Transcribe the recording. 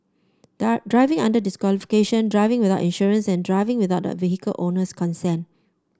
driving under disqualification driving without insurance and driving without the vehicle owner's consent